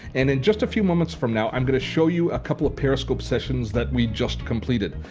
and in just a few moments from now, i'm going to show you a couple of periscope sessions that we just completed.